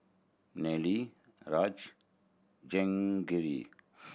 Neila Raj Jehangirr